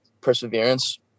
perseverance